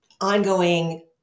ongoing